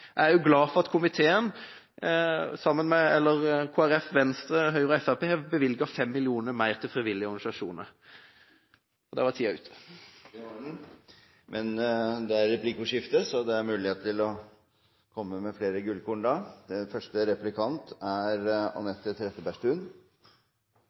Jeg er også glad for at Kristelig Folkeparti, Venstre, Høyre og Fremskrittspartiet har bevilget 5 mill. kr mer til frivillige organisasjoner. – Og da var tida ute. Det var den, men det er replikkordskifte, så det er mulighet til å komme med flere gullkorn da.